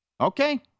okay